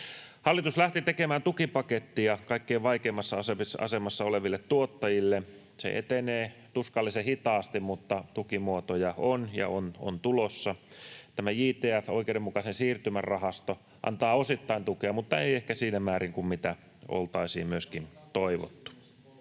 Hallitus lähti tekemään tukipakettia kaikkein vaikeimmassa asemassa oleville tuottajille. Se etenee tuskallisen hitaasti, mutta tukimuotoja on ja on tulossa. Tämä JTF, oikeudenmukaisen siirtymän rahasto, antaa osittain tukea, mutta ei ehkä siinä määrin kuin mitä oltaisiin myöskin toivottu.